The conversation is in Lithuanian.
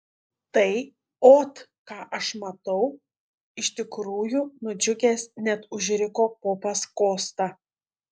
tai ot ką aš matau iš tikrųjų nudžiugęs net užriko popas kosta